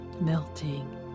melting